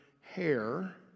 hair